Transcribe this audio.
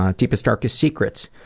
ah deepest, darkest secrets?